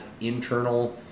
internal